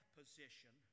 position